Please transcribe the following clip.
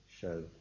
show